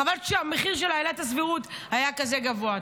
חבל שהמחיר של עילת הסבירות היה כזה גבוה.